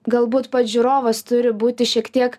galbūt pats žiūrovas turi būti šiek tiek